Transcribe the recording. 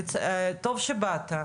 טוב שבאת,